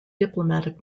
diplomatic